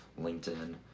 LinkedIn